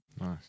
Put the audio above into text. Nice